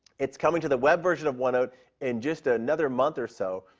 it's coming to the web version of onenote in just ah another month or so.